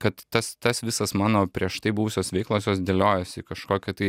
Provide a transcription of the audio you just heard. kad tas tas visas mano prieš tai buvusios veiklos jos dėliojosi į kažkokią tai